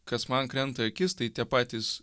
kas man krenta į akis tai tie patys